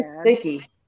sticky